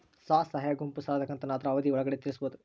ಸ್ವಸಹಾಯ ಗುಂಪು ಸಾಲದ ಕಂತನ್ನ ಆದ್ರ ಅವಧಿ ಒಳ್ಗಡೆ ತೇರಿಸಬೋದ?